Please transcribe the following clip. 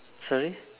sorry